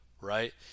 right